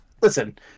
listen